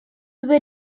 über